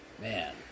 Man